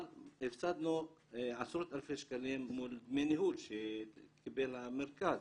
אבל הפסדנו עשרות אלפי שקלים דמי ניהול שקיבל המרכז.